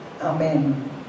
Amen